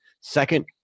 Second